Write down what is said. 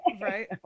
right